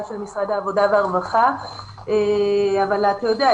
של משרד העבודה והרווחה אבל אתה יודע,